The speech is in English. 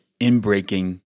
inbreaking